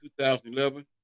2011